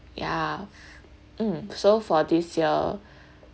ya mm so far this year